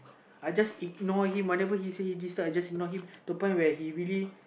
I just ignore him whatever he say he disturb to the point where he really